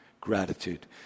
Gratitude